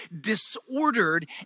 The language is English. disordered